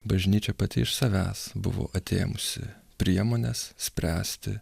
bažnyčia pati iš savęs buvo atėmusi priemones spręsti